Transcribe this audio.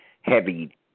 heavy